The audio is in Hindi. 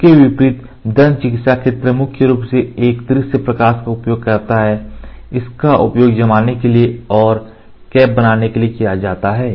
इसके विपरीत दंत चिकित्सा का क्षेत्र मुख्य रूप से एक दृश्य प्रकाश का उपयोग करता है इसका उपयोग जमाने के लिए और कैप्स बनाने के लिए किया जाता है